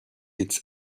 its